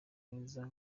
mwiza